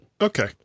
okay